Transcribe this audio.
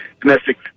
domestic